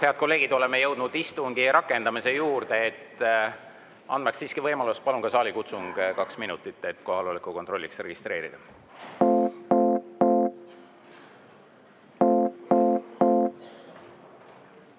head kolleegid! Oleme jõudnud istungi rakendamise juurde. Annaks siiski ka võimaluse, palun saalikutsung kaks minutit, et kohaloleku kontrolliks registreeruda.